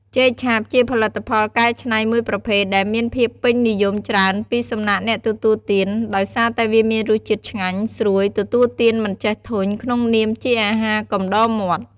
ចេកឆាបជាផលិតផលកែច្នៃមួយប្រភេទដែលមានភាពពេញនិយមច្រើនពីសំណាក់អ្នកទទួលទាន ដោយសារតែវាមានរសជាតិឆ្ងាញ់ ស្រួយ ទទួលទានមិនចេះធុញក្នុងនាមជាអាហារកំដរមាត់។